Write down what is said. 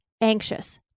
anxious